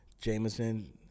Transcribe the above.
Jameson